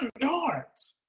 yards